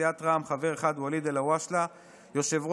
סיעת רע"מ,